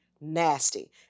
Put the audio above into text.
nasty